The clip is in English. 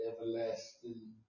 everlasting